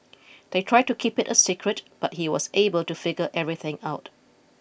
they tried to keep it a secret but he was able to figure everything out